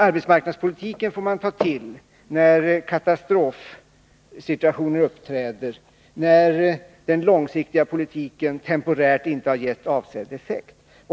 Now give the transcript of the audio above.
Arbetsmarknadspolitiken får man ta till när katastrofsituationer uppstår, när den långsiktiga politiken temporärt inte har gett avsedd effekt.